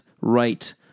right